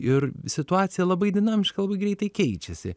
ir situacija labai dinamiška labai greitai keičiasi